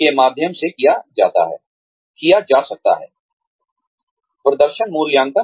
के माध्यम से किया जा सकता है प्रदर्शन मूल्यांकन